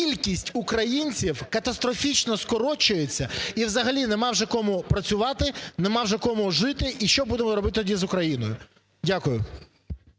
кількість українців катастрофічно скорочується і взагалі нема вже кому працювати, нема вже кому жити. І що будемо робити тоді з Україною? Дякую.